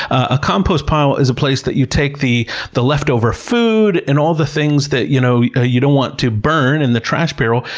a compost pile is a place that you take the the leftover food, and all the things that you know you don't want to burn in the trash barrel,